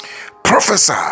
Prophesy